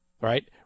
right